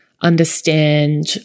understand